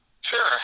sure